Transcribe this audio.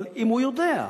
אם הוא יודע,